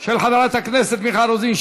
של חברת הכנסת מיכל רוזין,